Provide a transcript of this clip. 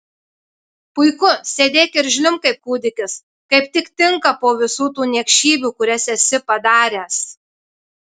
puiku sėdėk ir žliumbk kaip kūdikis kaip tik tinka po visų tų niekšybių kurias esi padaręs